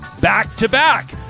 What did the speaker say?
back-to-back